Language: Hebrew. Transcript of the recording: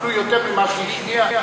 אפילו יותר ממה שהשמיע,